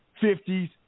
fifties